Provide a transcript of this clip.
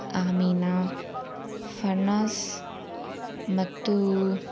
ಆಮೀನ ಫರ್ನಾಸ್ ಮತ್ತು